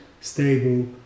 stable